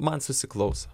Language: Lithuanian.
man susiklauso